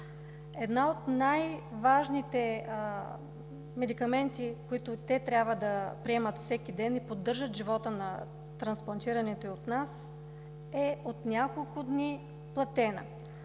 Един от най-важните медикаменти, които те трябва да приемат всеки ден и поддържат живота на трансплантираните от нас, от няколко дни е платен.